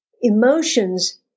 emotions